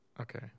Okay